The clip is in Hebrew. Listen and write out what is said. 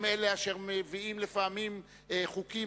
הם אלה אשר מביאים לפעמים חוקים,